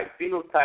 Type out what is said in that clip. Phenotype